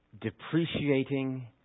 depreciating